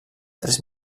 tres